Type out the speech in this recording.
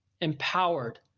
Empowered